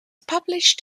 published